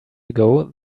ago